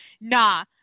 nah